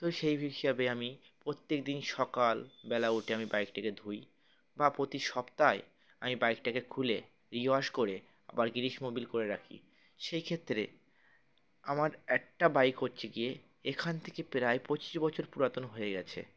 তো সেই হিসাবে আমি প্রত্যেক দিন সকালবেলা উঠে আমি বাইকটাকে ধুই বা প্রতি সপ্তাহে আমি বাইকটাকে খুলে রিওয়াশ করে আবার গ্রিস মবিল করে রাখি সেই ক্ষেত্রে আমার একটা বাইক হচ্ছে গিয়ে এখান থেকে প্রায় পঁচিশ বছর পুরাতন হয়ে গেছে